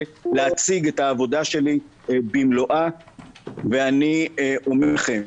להציג את העבודה שלי במלואה ואני אומר לכם,